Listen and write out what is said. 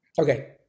Okay